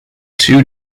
two